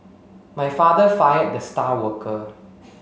my father fired the star worker